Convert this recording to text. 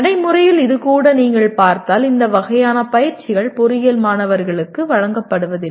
நடைமுறையில் இது கூட நீங்கள் பார்த்தால் இந்த வகையான பயிற்சிகள் பொறியியல் மாணவர்களுக்கு வழங்கப்படுவதில்லை